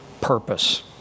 purpose